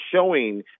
showing